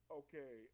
okay